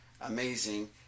amazing